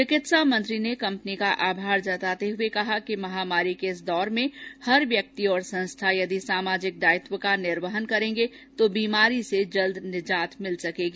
चिकित्सा मंत्री ने कंपनी का आभार जताते हुए कहा कि महामारी के इस दौर में हर व्यक्ति और संस्था यदि सामाजिक दायित्व का निर्वहन करेगी तो बीमारी से जल्द ही निजात मिल सकेगी